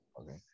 Okay